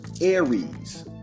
Aries